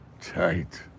tight